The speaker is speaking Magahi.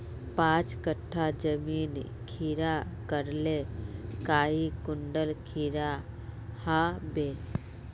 पाँच कट्ठा जमीन खीरा करले काई कुंटल खीरा हाँ बई?